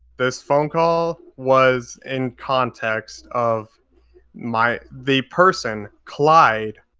this phone call was in context of my the person, clyde,